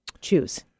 choose